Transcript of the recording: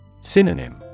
Synonym